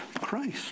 Christ